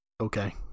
Okay